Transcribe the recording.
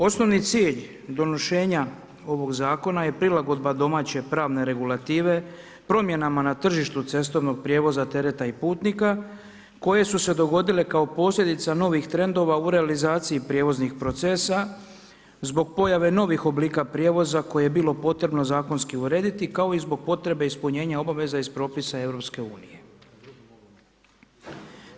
Osnovni cilj donošenja ovog zakona je prilagodba domaće pravne regulative promjenama na tržištu cestovnog prijevoza, tereta i putnika koje su se dogodile kao posljedica novih trendova u realizaciji prijevoznih procesa zbog pojave novih oblika prijevoza koje je bilo potrebno zakonski urediti kao i zbog potrebe ispunjenja obaveza iz propisa EU-a.